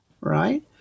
right